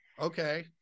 Okay